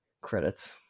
credits